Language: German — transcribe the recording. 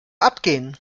abgehen